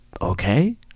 okay